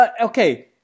Okay